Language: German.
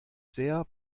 sehr